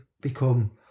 become